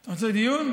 אתה רוצה דיון?